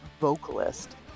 vocalist